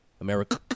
America